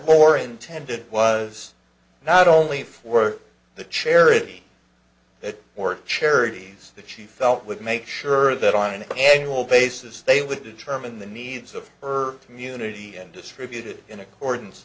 said or intended was not only for the charity that or charities that she felt would make sure that on an annual basis they would determine the needs of her community and distributed in accordance